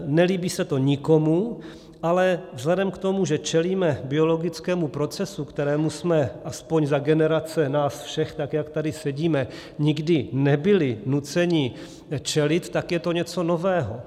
Nelíbí se to nikomu, ale vzhledem k tomu, že čelíme biologickému procesu, kterému jsme aspoň za generace nás všech, tak jak tady sedíme, nikdy nebyli nuceni čelit, tak je to něco nového.